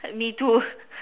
me too